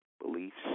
beliefs